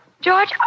George